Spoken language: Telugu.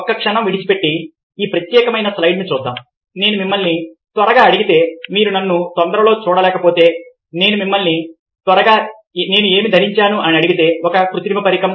ఒక్క క్షణం విడిచిపెట్టి ఈ ప్రత్యేకమైన స్లయిడ్ ను చూద్దాం నేను మిమ్మల్ని త్వరగా అడిగితే మీరు నన్ను తొందరలో చూడలేకపోతే నేను మిమ్మల్ని త్వరగా నేను ఏమి ధరించాను అడిగితే ఒక కృత్రిమ పరికరం